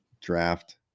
draft